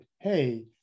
hey